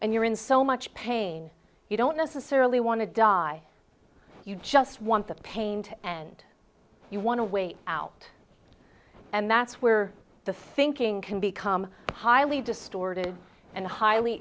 and you're in so much pain you don't necessarily want to die you just want the pain to end you want to wait out and that's where the thinking can become highly distorted and highly